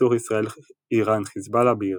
סכסוך ישראל-איראן-חזבאללה בעיראק.